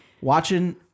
watching